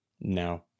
no